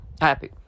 happy